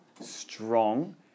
strong